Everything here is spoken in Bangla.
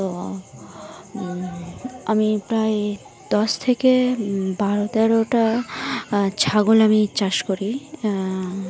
তো আমি প্রায় দশ থেকে বারো তেরোটা ছাগল আমি চাষ করি